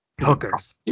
hookers